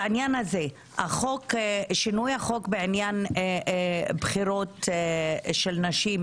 שינוי החוק בעניין בחירות של נשים